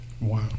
Wow